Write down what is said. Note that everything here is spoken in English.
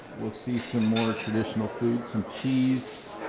we'll see some more traditional food. some cheese,